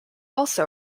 also